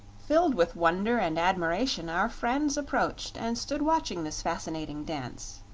filled with wonder and admiration our friends approached and stood watching this fascinating dance.